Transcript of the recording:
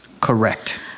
Correct